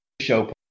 show